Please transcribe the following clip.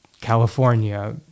California